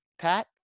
pat